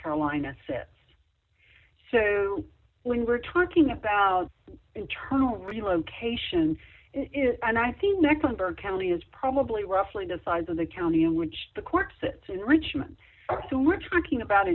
carolina sits when we're talking about internal relocation it and i think next number county is probably roughly the size of the county in which the court sits in richmond so we're talking about